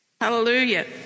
Hallelujah